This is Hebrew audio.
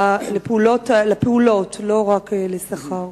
לפעולות, לא רק לשכר.